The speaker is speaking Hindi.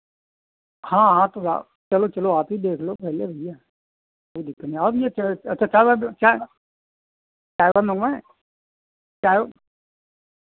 हाँ हाँ तो आओ चलो चलो आप ही देख लो पहले भैया कोई दिक्कत नहीं आओ भैया अच्छा चाय वाय चाय चाय वाय मंगवाएँ चाय